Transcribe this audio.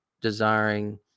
desiring